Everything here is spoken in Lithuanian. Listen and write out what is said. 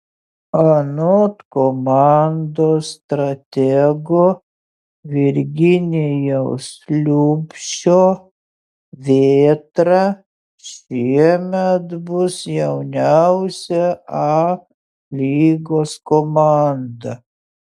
anot komandos stratego virginijaus liubšio vėtra šiemet bus jauniausia a lygos komanda